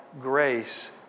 grace